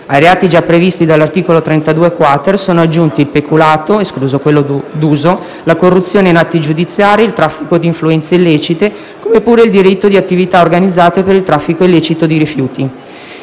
Ai reati già previsti dall'articolo 32-*quater* sono aggiunti il peculato (escluso quello d'uso), la corruzione in atti giudiziari e il traffico di influenze illecite, come pure il delitto di attività organizzate per il traffico illecito di rifiuti.